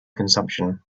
consumption